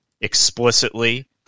explicitly